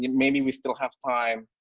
you know maybe we still have time.